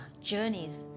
journeys